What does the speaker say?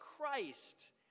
Christ